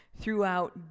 throughout